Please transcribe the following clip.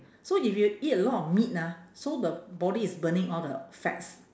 so if you eat a lot of meat ah so the body is burning all the fats